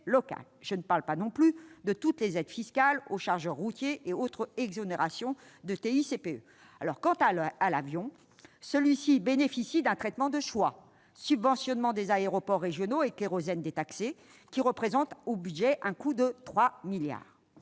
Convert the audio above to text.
je ne parle pas non plus de toutes les aides fiscales aux chargeurs routiers et autres exonérations de TICPE ! Quant à l'avion, celui-ci bénéficie d'un traitement de choix : subventionnement des aéroports régionaux et kérosène détaxé, ce qui représente pour le budget un coût de 3 milliards